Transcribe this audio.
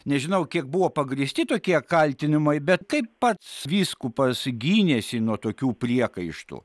nežinau kiek buvo pagrįsti tokie kaltinimai bet kaip pats vyskupas gynėsi nuo tokių priekaištų